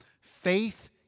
faith